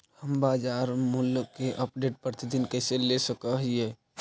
हम बाजार मूल्य के अपडेट, प्रतिदिन कैसे ले सक हिय?